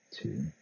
Two